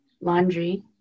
laundry